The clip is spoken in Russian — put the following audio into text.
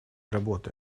работы